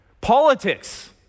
politics